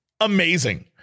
amazing